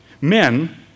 men